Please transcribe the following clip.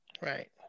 Right